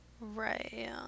Right